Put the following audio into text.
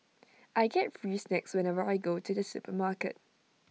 I get free snacks whenever I go to the supermarket